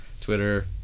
Twitter